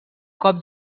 cop